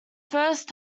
first